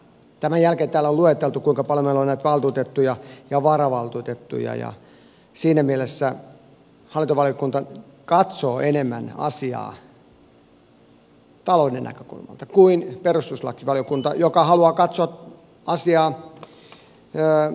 tämän jälkeen täällä on lueteltu kuinka paljon meillä on näitä valtuutettuja ja varavaltuutettuja ja siinä mielessä hallintovaliokunta katsoo enemmän asiaa talouden näkökulmasta kuin perustuslakivaliokunta joka haluaa katsoa asiaa kuntalaisen kannalta